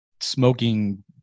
smoking